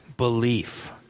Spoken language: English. belief